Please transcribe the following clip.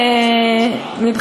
גבוהים.